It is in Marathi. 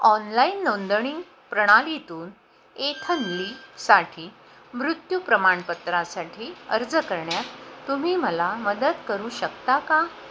ऑनलाईन नोंदणी प्रणालीतून एथन ली साठी मृत्यू प्रमाणपत्रासाठी अर्ज करण्यात तुम्ही मला मदत करू शकता का